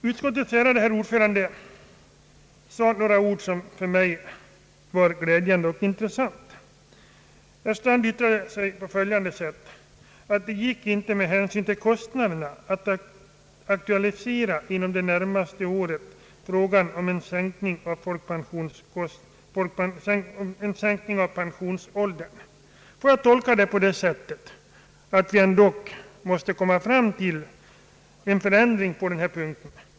Utskottets ärade herr ordförande sade några ord som för mig var glädjande och intressanta. Herr Strand yttrade att det med hänsyn till kostnaderna inte gick att »inom det närmaste året» aktualisera frågan om en sänkning av pensionsåldern. Får jag tolka detta yttrande på det sättet att vi ändå måste komma fram till en förändring på denna punkt?